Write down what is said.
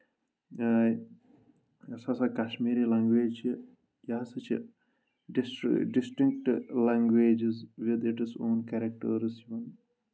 اۭں یۄس ہسا کشمیٖری لنٛگویج چھِ یہِ ہَسا چھِ ڈِسٹِرٛ distinct languages with its own characters یِوان